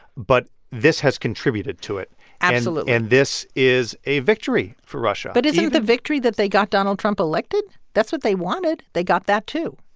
but this has contributed to it absolutely and this is a victory for russia but isn't the victory that they got donald trump elected? that's what they wanted. they got that, too